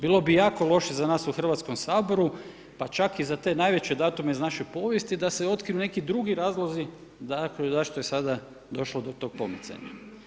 Bilo bi jako loše za nas u Hrvatskom saboru, pa čak i za te najveće datume iz naše povijesti da se otkriju neki drugi razlozi zašto je sada došlo do tog pomicanja.